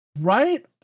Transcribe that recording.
Right